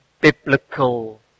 biblical